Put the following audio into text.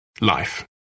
Life